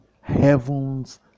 heaven's